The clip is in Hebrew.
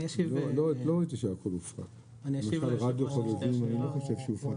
זה נכון שלא הופחת לרדיו לחובבים, למשל?